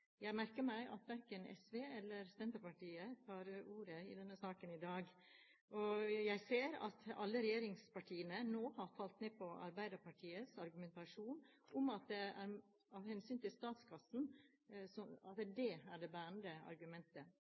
Jeg har merket meg at verken SV eller Senterpartiet tar ordet i denne saken i dag. Jeg ser at alle regjeringspartiene nå har falt ned på Arbeiderpartiets argumentasjon om at det er hensynet til statskassen som er det bærende argumentet.